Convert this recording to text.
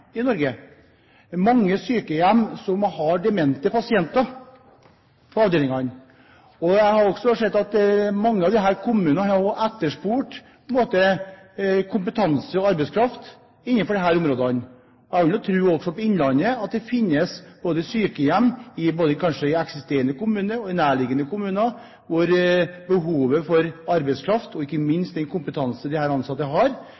i Norge. Det er mange sykehjem som har demente pasienter på avdelingene, og jeg har også sett at mange av disse kommunene har etterspurt kompetanse og arbeidskraft innenfor disse områdene. Jeg vil jo tro at også i Innlandet finnes det sykehjem kanskje i både angjeldende kommuner og i nærliggende kommuner, hvor behovet for arbeidskraft, og ikke minst den kompetansen disse ansatte har,